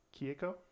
kieko